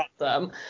awesome